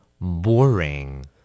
boring